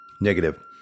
negative